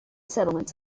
settlements